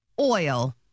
Oil